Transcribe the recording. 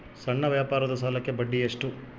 ಸಣ್ಣ ವ್ಯಾಪಾರದ ಸಾಲಕ್ಕೆ ಬಡ್ಡಿ ಎಷ್ಟು?